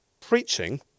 preaching